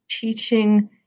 teaching